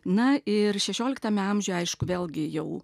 na ir šešioliktame amžiuje aišku vėlgi jau